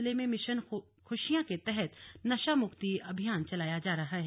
जिले में मिशन खुशियां के तहत नशा मुक्ति अभियान चलाया जा रहा है